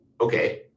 Okay